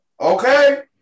okay